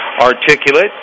articulate